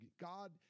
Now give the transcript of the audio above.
god